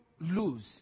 lose